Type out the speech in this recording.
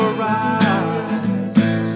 rise